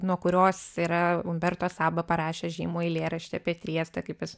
nuo kurios yra umberto saba parašė žymųjį eilėraštį apie triestą kaip jis